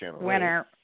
winner